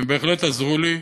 הם בהחלט עזרו לי,